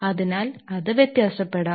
അതിനാൽ അത് വ്യത്യാസപ്പെടാം